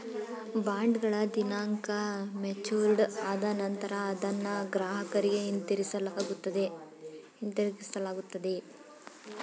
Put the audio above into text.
ಬಾಂಡ್ಗಳ ದಿನಾಂಕ ಮೆಚೂರ್ಡ್ ಆದ ನಂತರ ಅದನ್ನ ಗ್ರಾಹಕರಿಗೆ ಹಿಂತಿರುಗಿಸಲಾಗುತ್ತದೆ